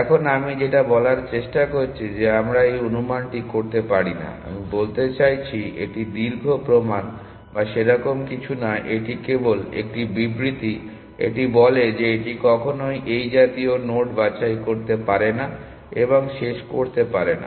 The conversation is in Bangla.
এখন আমি যেটা বলার চেষ্টা করছি যে আমরা এই অনুমানটি করতে পারি না আমি বলতে চাইছি এটি দীর্ঘ প্রমাণ বা সেরকম কিছু নয় এটি কেবল একটি বিবৃতি এটি বলে যে এটি কখনই এই জাতীয় নোড বাছাই করতে পারে না এবং শেষ করতে পারে না